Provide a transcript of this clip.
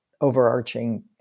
overarching